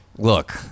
Look